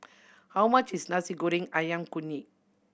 how much is Nasi Goreng Ayam Kunyit